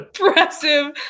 impressive